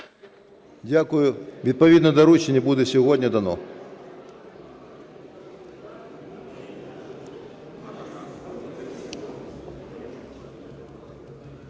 Дякую. Відповідне доручення буде сьогодні дано.